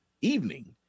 evening